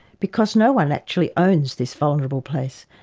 because no one actually owns this vulnerable place.